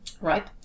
Right